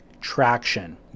Traction